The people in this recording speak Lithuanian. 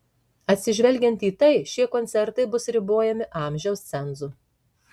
atsižvelgiant į tai šie koncertai bus ribojami amžiaus cenzu